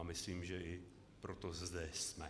A myslím, že i proto zde jsme.